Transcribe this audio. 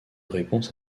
réponse